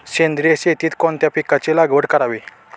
सेंद्रिय शेतीत कोणत्या पिकाची लागवड करावी?